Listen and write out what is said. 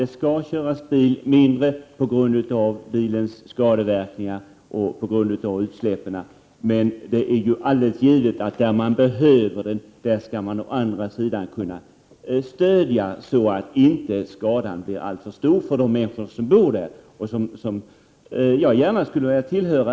Det skall köras bil mindre, på grund av bilens skadeverkningar och utsläppen, men det är ju alldeles givet att där man behöver bilen skall man å andra sidan kunna stödjas så att inte skadan blir alltför stor för de människor som bor där och som jag i och för sig gärna skulle vilja tillhöra.